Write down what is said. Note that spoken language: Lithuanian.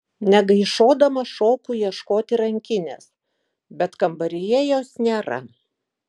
negaišuodama šoku ieškoti rankinės bet kambaryje jos nėra